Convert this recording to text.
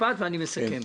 משפט ואני מסכם.